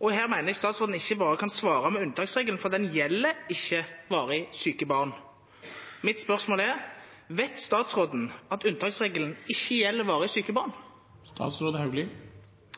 Her mener jeg statsråden ikke bare kan svare med unntaksregelen, for den gjelder ikke varig syke barn. Mitt spørsmål er: Vet statsråden at unntaksregelen ikke gjelder varig syke barn?